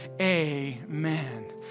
amen